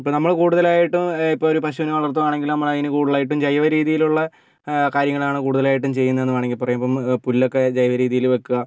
ഇപ്പം നമ്മൾ കൂടുതലായിട്ടും ഇപ്പോൾ ഒരു പശുവിനെ വളർത്തുകയാണെങ്കിൽ അതിന് കൂടുതലായിട്ടും ജൈവ രീതിയിലുള്ള കാര്യങ്ങളാണ് കൂടുതലായിട്ടും ചെയ്യുന്നത് എന്ന് വേണമെങ്കിൽ പറയാം ഇപ്പോൾ പുല്ലൊക്കെ ജൈവ രീതിയിൽ വെക്കുക